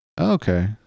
Okay